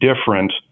different